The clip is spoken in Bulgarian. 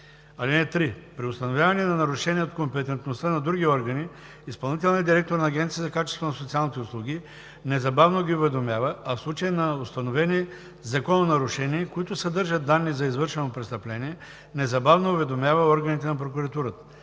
(3) При установяване на нарушения от компетентността на други органи изпълнителният директор на Агенцията за качеството на социалните услуги незабавно ги уведомява, а в случай на установени закононарушения, които съдържат данни за извършено престъпление, незабавно уведомява органите на прокуратурата.